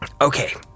Okay